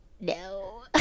no